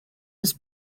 his